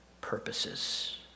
purposes